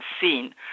seen